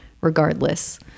regardless